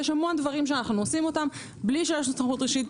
יש המון דברים שאנו עושים אותם גם בלי שיש סמכות רשמית.